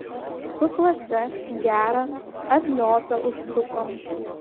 su klase gerą atliotą užsukom